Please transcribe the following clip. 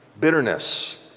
bitterness